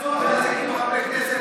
לחזור,